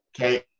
Okay